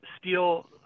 steel